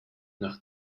nach